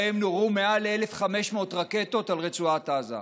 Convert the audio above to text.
שבהם נורו מעל ל-1,500 רקטות על עוטף עזה,